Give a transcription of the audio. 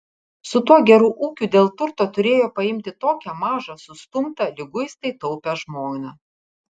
su tuo geru ūkiu dėl turto turėjo paimti tokią mažą sustumtą liguistai taupią žmoną